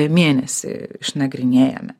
mėnesį išnagrinėjame